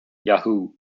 yahoo